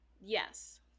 Yes